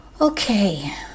Okay